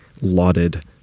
lauded